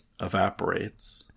evaporates